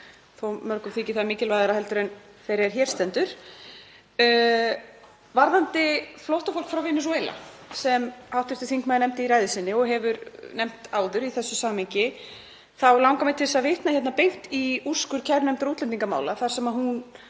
að mörgum þyki það mikilvægara heldur en þeirri er hér stendur. Varðandi flóttafólk frá Venesúela sem hv. þingmaður nefndi í ræðu sinni og hefur nefnt áður í þessu samhengi þá langar mig til að vitna hér beint í úrskurð kærunefndar útlendingamála þar sem hún